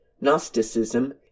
Gnosticism